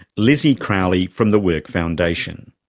lizzie crowley from the work foundation.